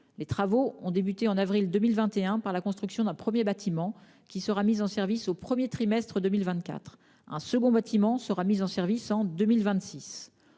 Les travaux ont débuté au mois d'avril 2021 par la construction d'un premier bâtiment, qui sera mis en service au premier trimestre 2024. Un second bâtiment sera mis en service en 2026.